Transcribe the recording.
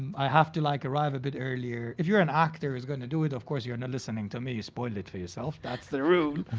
i have to, like, arrive a bit earlier. if you're an actor who's gonna do it, of course you're not listening to me. you spoil it for yourself, that's the rule.